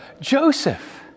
Joseph